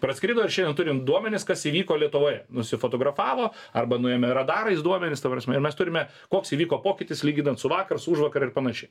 praskrido ir šiandien turim duomenis kas įvyko lietuvoje nusifotografavo arba nuėmė radarais duomenis ta prasme ir mes turime koks įvyko pokytis lyginant su vakar su užvakar ir panašiai